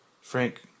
Frank